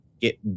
get